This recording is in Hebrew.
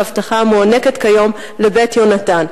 האבטחה המוענקת כיום ל"בית יהונתן".